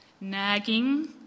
nagging